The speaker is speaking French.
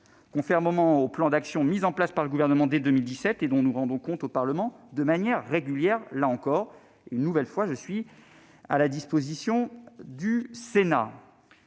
conformément au plan d'action mis en place par le Gouvernement dès 2017 et dont nous rendons compte au Parlement de manière régulière. Là encore, une nouvelle fois, je suis à la disposition du Sénat.